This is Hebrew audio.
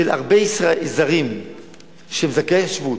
של הרבה זרים שהם זכאי שבות.